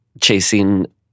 chasing